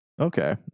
Okay